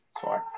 Sorry